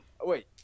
Wait